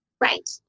Right